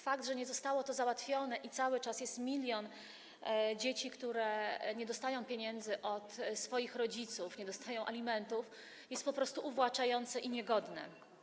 Fakt, że nie zostało to załatwione i cały czas milion dzieci nie dostaje pieniędzy od swoich rodziców, nie dostaje alimentów, jest po prostu uwłaczający i niegodny.